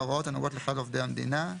ההוראות הנוגעות לכלל עובדי המדינה,